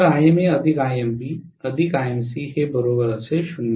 तर ImaImb Imc 0